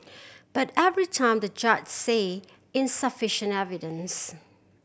but every time the judge say insufficient evidence